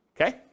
okay